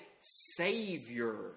Savior